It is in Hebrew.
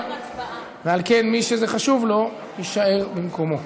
על כן, מי שזה חשוב לו, יישאר במקומו.